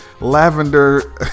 lavender